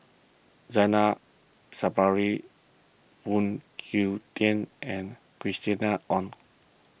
Zainal Sapari Phoon Yew Tien and Christina Ong